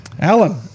Alan